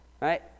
Right